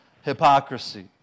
hypocrisy